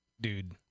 dude